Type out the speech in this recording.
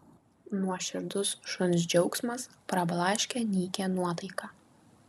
nuoširdus šuns džiaugsmas prablaškė nykią nuotaiką